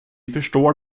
förstår